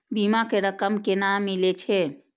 बीमा के रकम केना मिले छै?